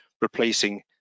replacing